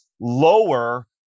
lower